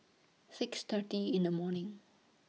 six thirty in The morning